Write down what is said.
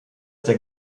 der